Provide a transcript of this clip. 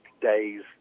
days